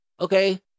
Okay